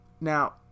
Now